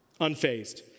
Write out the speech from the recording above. unfazed